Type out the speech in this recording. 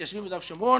מתיישבים ביהודה ושומרון,